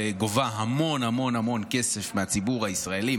וגובה המון המון המון כסף מהציבור הישראלי,